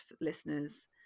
listeners